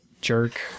jerk